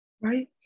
right